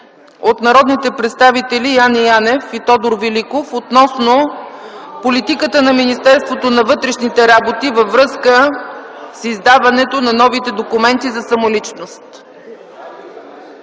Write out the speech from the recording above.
от народните представител Яне Янев и Тодор Великов относно политиката на Министерството на вътрешните работи във връзка с издаването на новите документи за самоличност.